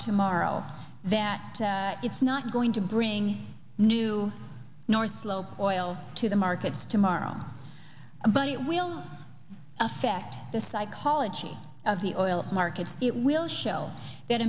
tomorrow that it's not going to bring new north slope oil to the markets tomorrow but it will affect the psychology of the oil markets it will show that